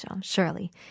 Surely